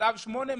בצו 8,